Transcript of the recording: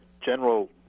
general